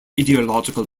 ideological